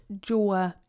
jaw